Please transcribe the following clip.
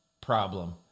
problem